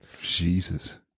Jesus